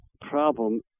problem